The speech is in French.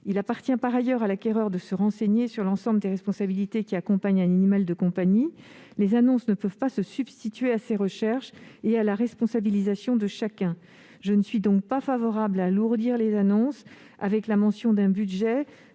Il appartient par ailleurs à l'acquéreur de se renseigner sur l'ensemble des responsabilités liées à la possession d'un animal de compagnie : les annonces ne peuvent pas se substituer à ses recherches et à la responsabilisation de chacun. Je ne suis donc pas favorable au fait d'alourdir les annonces en y faisant figurer